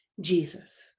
Jesus